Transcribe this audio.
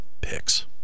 Picks